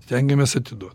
stengiamės atiduot